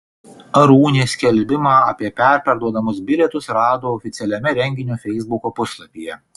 arūnė skelbimą apie perparduodamus bilietus rado oficialiame renginio feisbuko puslapyje